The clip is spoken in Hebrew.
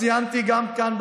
אני ציינתי גם כאן,